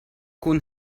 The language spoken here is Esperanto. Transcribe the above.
kun